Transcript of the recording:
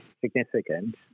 Significant